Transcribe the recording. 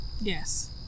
Yes